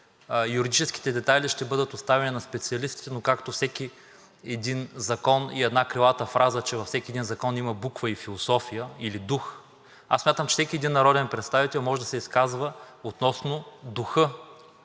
юридическите детайли ще бъдат оставени на специалистите, но както всеки един закон и една крилата фраза, че във всеки един закон има буква и философия, или дух, аз смятам, че всеки един народен представител може да се изказва относно духа